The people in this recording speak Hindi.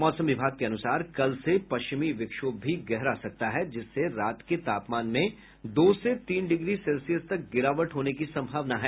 मौसम विभाग के अनुसार कल से पश्चिमी विक्षोभ भी गहरा सकता है जिससे रात के तापमान में दो से तीन डिग्री सेल्सियस तक गिरावट होने की संभावना है